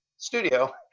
studio